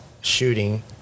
shooting